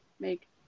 make